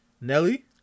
Nelly